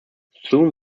soon